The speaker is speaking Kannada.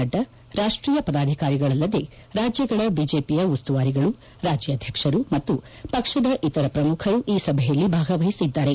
ನಡ್ಡಾ ರಾಷ್ಟೀಯ ಪದಾಧಿಕಾರಿಗಳಲ್ಲದೇ ರಾಜ್ಯಗಳ ಬಿಜೆಪಿಯ ಉಸ್ತುವಾರಿಗಳು ರಾಜ್ಯಾಧಕ್ಷರು ಮತ್ತು ಪಕ್ಷದ ಇತರ ಪ್ರಮುಖರು ಈ ಸಭೆಯಲ್ಲಿ ಭಾಗವಹಿಸಿದ್ದಾರೆ